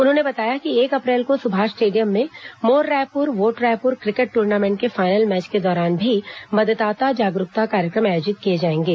उन्होंने बताया कि एक अप्रैल को सुभाष स्टेडियम में मोर Raipur vote Raipur cricket tournament के फायनल मैच के दौरान भी मतदाता जागरूकता कार्यक्रम आयोजित किए जाएंगे